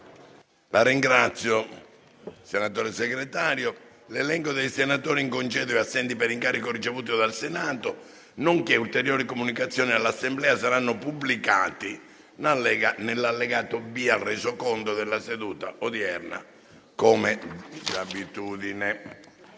apre una nuova finestra"). L'elenco dei senatori in congedo e assenti per incarico ricevuto dal Senato, nonché ulteriori comunicazioni all'Assemblea saranno pubblicati nell'allegato B al Resoconto della seduta odierna. **Informativa